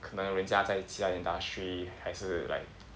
可能人家在其他 industry 还是 like